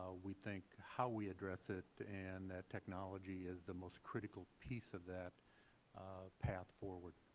ah we think how we address it and that technology is the most critical piece of that path forward.